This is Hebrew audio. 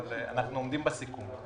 אבל אנחנו עומדים בסיכום.